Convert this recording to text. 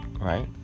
right